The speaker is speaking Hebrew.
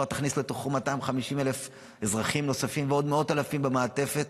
כבר תכניס 250,000 אזרחים נוספים ועוד מאות אלפים במעטפת.